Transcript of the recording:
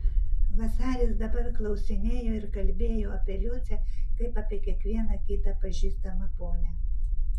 vasaris dabar klausinėjo ir kalbėjo apie liucę kaip apie kiekvieną kitą pažįstamą ponią